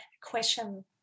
question